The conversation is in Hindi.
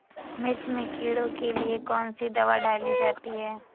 मिर्च में कीड़ों के लिए कौनसी दावा डाली जाती है?